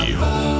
home